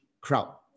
crowd